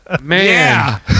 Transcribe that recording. Man